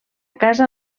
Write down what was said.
casa